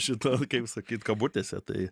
šita kaip sakyt kabutėse tai